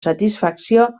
satisfacció